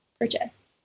purchase